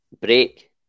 break